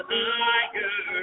higher